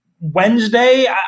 Wednesday